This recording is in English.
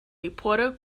reporter